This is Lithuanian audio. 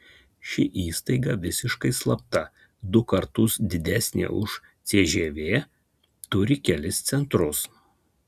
ši įstaiga visiškai slapta du kartus didesnė už cžv turi kelis centrus